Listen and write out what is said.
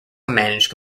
managed